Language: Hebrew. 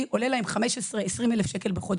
זה עולה להם 15,000-20,000 ₪ בחודש.